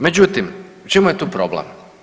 Međutim, u čemu je tu problem?